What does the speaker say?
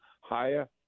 higher